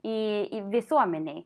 į visuomenei